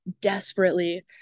desperately